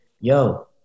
yo